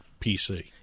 PC